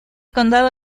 condado